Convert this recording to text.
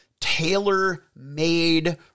tailor-made